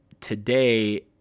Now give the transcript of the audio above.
today